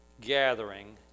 gathering